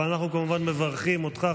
אבל אנחנו כמובן מברכים אותך,